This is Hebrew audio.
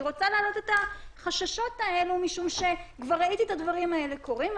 אני רוצה להעלות את חששות האלו משום שכבר ראיתי את הדברים האלה קורים.